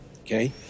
okay